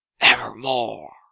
evermore